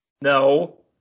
No